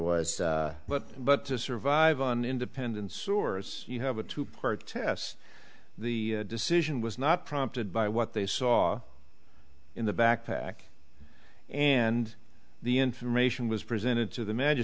was but but survive an independent source you have a two part test the decision was not prompted by what they saw in the backpack and the information was presented to the